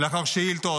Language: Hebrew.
לאחר שאילתות,